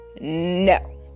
No